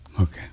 okay